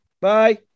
Bye